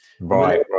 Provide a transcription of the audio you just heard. right